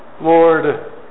Lord